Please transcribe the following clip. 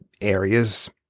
areas